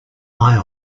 eye